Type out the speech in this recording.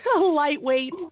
lightweight